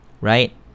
right